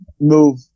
move